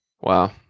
Wow